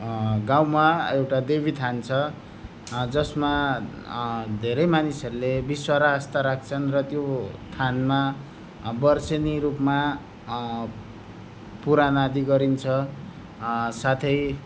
गाउँमा एउटा देवीथान छ जसमा धेरै मनिसहरूले विश्व र आस्था राख्छन् र त्यो थानमा वर्षनी रूपमा पुराण आदि गरिन्छ साथै